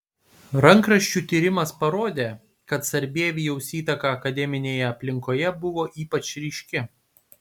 rankraščių tyrimas parodė kad sarbievijaus įtaka akademinėje aplinkoje buvo ypač ryški